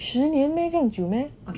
十年 meh 这样久 meh